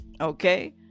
Okay